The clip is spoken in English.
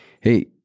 hey